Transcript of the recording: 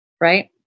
right